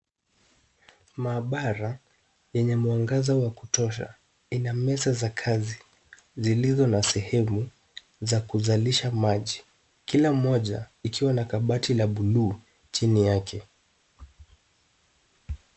Maabara yenye mwangaza wa kutosha ina meza za kazi zilizo na sehemu za kuzalisha maji. Kila mmoja likiwa na kabati la buluu chini yake.